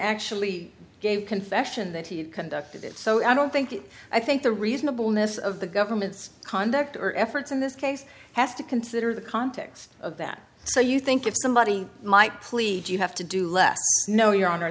actually gave confession that he conducted it so i don't think i think the reasonableness of the government's conduct or efforts in this case has to consider the context of that so you think if somebody might plead you have to do less no your hon